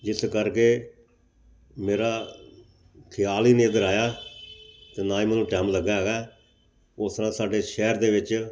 ਜਿਸ ਕਰਕੇ ਮੇਰਾ ਖਿਆਲ ਹੀ ਨਹੀਂ ਇੱਧਰ ਆਇਆ ਅਤੇ ਨਾ ਹੀ ਮੈਨੂੰ ਟਾਈਮ ਲੱਗਾ ਹੈਗਾ ਉਸ ਤਰ੍ਹਾਂ ਸਾਡੇ ਸ਼ਹਿਰ ਦੇ ਵਿੱਚ